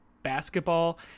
basketball